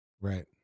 Right